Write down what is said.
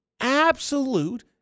Absolute